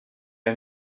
ein